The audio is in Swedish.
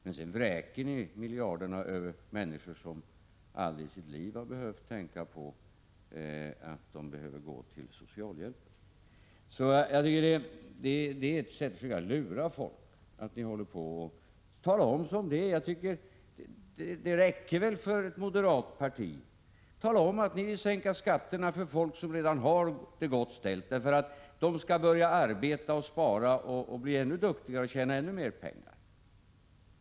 Men sedan vräker ni miljarderna över människor som aldrig i sitt liv har behövt tänka på att gå till socialhjälpen. Jag tycker alltså att det är ett sätt att försöka lura folk när ni säger så här. Tala om som det är! Det räcker väl för ett moderat parti. Tala om att ni vill sänka skatterna för folk som redan har det gott ställt för att de skall arbeta och spara och bli ännu duktigare och tjäna ytterligare pengar.